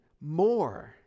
more